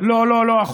לא לא לא.